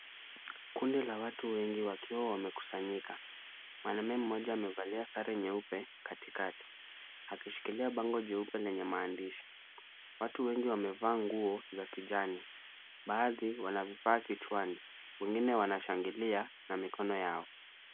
Kundi la watu wengi wakiwa wamekusanyika. Mwanaume mmoja amevalia sare nyeupe katikati akishikilia bango jeupe lenye maandishi. Watu wengi wamevaa nguo za kijani, baadhi wanavifaa kichwana wengine wanashangilia na mikono yao.